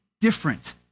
different